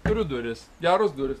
turiu duris geros durys